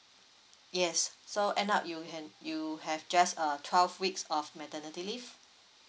yes so end up you can you have just (u) twelve weeks of maternity leave